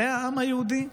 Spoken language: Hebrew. זה העם היהודי?